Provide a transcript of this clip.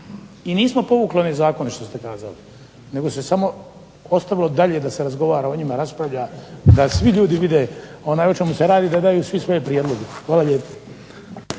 Nismo povukli one zakone što ste kazali, nego se samo ostavilo dalje da se o njima razgovara i raspravlja i da svi ljudi vide o čemu se radi i da daju svi svoje prijedloge. Hvala lijepo.